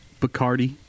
Bacardi